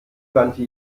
wandte